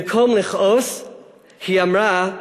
במקום לכעוס היא אמרה: